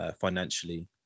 financially